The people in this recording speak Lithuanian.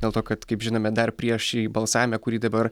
dėl to kad kaip žinome dar prieš balsavime kurį dabar